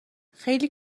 خیلی